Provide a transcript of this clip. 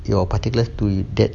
your particulars to that